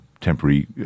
temporary